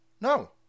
no